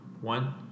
One